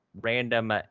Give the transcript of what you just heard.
random